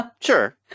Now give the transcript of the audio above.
Sure